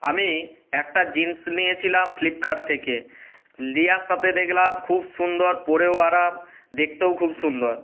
আমি একটা জিন্স নিয়েছিলাম ফ্লিপকার্ট থেকে নেওয়ার সাথে দেখলাম খুব সুন্দর পরেও আরাম দেখতেও খুব সুন্দর